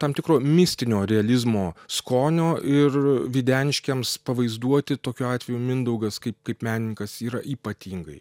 tam tikro mistinio realizmo skonio ir videniškiams pavaizduoti tokiu atveju mindaugas kaip kaip menininkas yra ypatingai